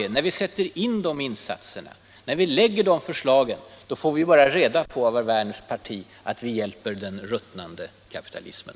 Men när vi gör de här insatserna och framlägger förslag får vi av herr Werners parti bara höra att vi hjälper ”den ruttnande kapitalismen”.